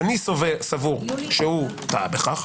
אני סבור שהוא טעה בכך.